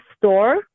store